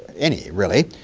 any really.